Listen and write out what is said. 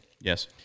Yes